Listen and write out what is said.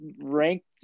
ranked